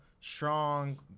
strong